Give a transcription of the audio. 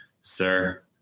sir